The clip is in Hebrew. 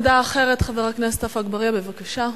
עמדה אחרת, חבר הכנסת עפו אגבאריה, בבקשה.